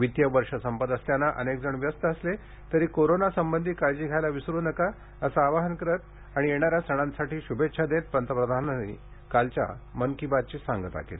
वित्तिय वर्ष संपत असल्यानं अनेक जण व्यस्त असले तरी कोरोनासंबंधी काळजी घ्यायला विसरू नका असं आवाहन करत आणि येणाऱ्या सणांसाठी शुभेच्छा देत पंतप्रधानांनी मन की बातची सांगता केली